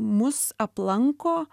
mus aplanko